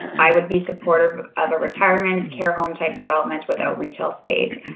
i would be supportive of a retirement. is care home type development without retail space?